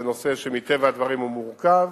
זה נושא שמטבע הדברים הוא מורכב,